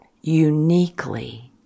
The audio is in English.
uniquely